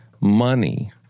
money